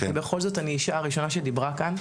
בכל זאת אני האישה הראשונה שדיברה כאן.